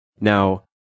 Now